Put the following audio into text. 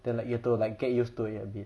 to like you to like get used to it a bit